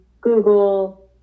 Google